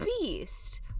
beast